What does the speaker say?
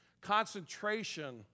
concentration